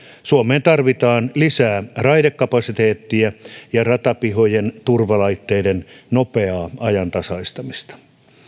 suomeen tarvitaan lisää raidekapasiteettia ja ratapihojen turvalaitteiden nopeaa ajantasaistamista